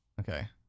Okay